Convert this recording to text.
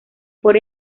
por